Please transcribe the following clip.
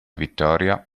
vittoria